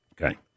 Okay